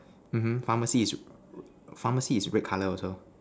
mmhmm pharmacy is pharmacy is red colour also